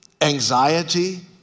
anxiety